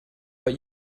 but